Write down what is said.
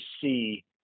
see